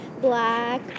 black